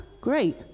Great